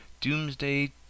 doomsday